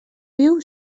viu